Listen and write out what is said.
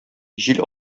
җил